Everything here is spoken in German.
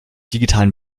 digitalen